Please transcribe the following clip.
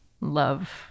love